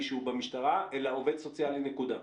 והוא במשטרה אלא עובד סוציאלי נקודה.